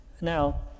Now